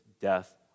death